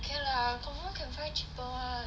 K lah confirm can find cheaper [one]